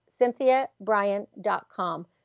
CynthiaBryan.com